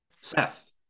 Seth